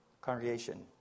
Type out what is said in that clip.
Congregation